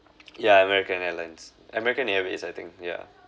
yeah american airlines american airways I think yeah